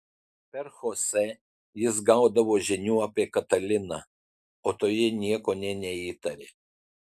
per chosę jis gaudavo žinių apie kataliną o toji nieko nė neįtarė